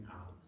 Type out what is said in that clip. out